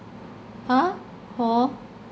!huh! hor